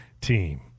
team